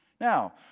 Now